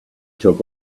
took